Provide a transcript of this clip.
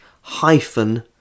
hyphen